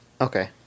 okay